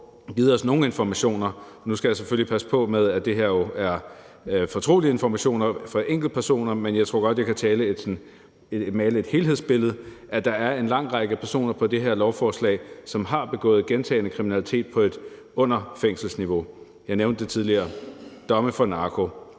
givet os nogle informationer. Nu skal jeg selvfølgelig passe på med, at det her jo er fortrolige informationer om enkeltpersoner, men jeg tror godt, jeg sådan kan male et helhedsbillede og sige, at der er en lang række personer på det her lovforslag, som har begået gentagen kriminalitet på et under fængselsniveau. Jeg nævnte det tidligere: domme for narko,